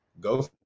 go